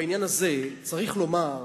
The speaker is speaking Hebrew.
בעניין הזה צריך לומר,